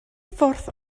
ffordd